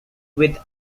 with